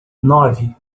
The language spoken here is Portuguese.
nove